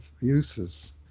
uses